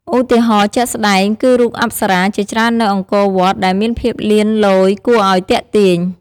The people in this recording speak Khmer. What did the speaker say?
ឧទាហរណ៍ជាក់ស្ដែងគឺរូបអប្សរាជាច្រើននៅអង្គរវត្ត ដែលមានភាពលៀនលយគួរឲ្យទាក់ទាញ។